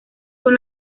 con